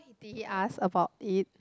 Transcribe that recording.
did he ask about it